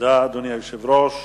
תודה ליושב-ראש.